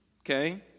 Okay